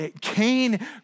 Cain